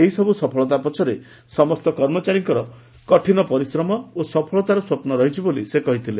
ଏହି ସବୁ ସଫଳତା ପଛରେ ସମସ୍ତ କର୍ମଚାରୀଙ୍କ କଠିନ ପରିଶ୍ରମ ଓ ସଫଳତାରସ୍ୱପ୍ନ ରହିଛି ବୋଲି ସେ କହି ଥିଲେ